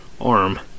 arm